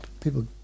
people